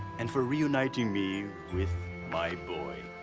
and for reuniting me with my boy.